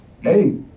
Hey